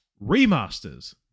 remasters